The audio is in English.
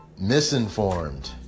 Misinformed